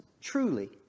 truly